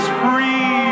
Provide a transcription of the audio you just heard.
free